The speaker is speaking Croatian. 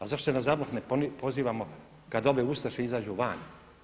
A zašto se na ZAVNOH ne pozivamo kada ove ustaše izađu van?